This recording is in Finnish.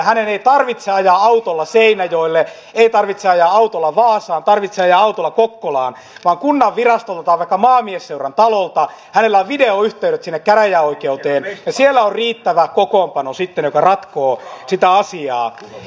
hänen ei tarvitse ajaa autolla seinäjoelle ei tarvitse ajaa autolla vaasaan ei tarvitse ajaa autolla kokkolaan vaan kunnanvirastolta tai vaikka maamiesseurantalolta hänellä on videoyhteydet sinne käräjäoikeuteen ja siellä on riittävä kokoonpano sitten joka ratkoo sitä asiaa